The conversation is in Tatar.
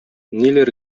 ниләр